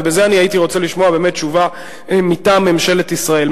על זה הייתי רוצה לשמוע באמת תשובה מטעם ממשלת ישראל.